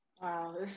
Wow